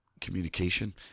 communication